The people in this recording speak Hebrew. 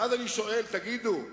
ואז אני שואל: תגידו,